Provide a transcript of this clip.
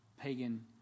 pagan